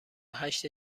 هشت